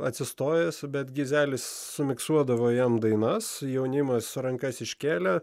atsistojęs bet gizelis sumiksuodavo jam dainas jaunimas rankas iškėlę